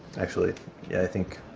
actually, yeah, i think,